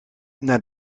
naar